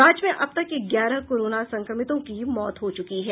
राज्य में अब तक ग्यारह कोरोना संक्रमितों की मौत हो चुकी है